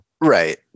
Right